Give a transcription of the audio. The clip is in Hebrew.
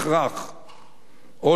או למדינה דו-לאומית